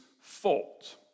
fault